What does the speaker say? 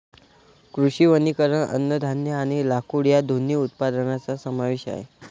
कृषी वनीकरण अन्नधान्य आणि लाकूड या दोन्ही उत्पादनांचा समावेश आहे